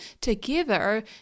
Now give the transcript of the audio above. together